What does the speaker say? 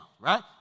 right